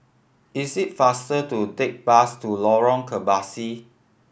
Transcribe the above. is it faster to take the bus to Lorong Kebasi